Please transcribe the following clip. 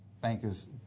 bankers